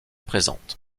présente